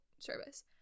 service